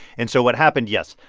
and so what happened, yes,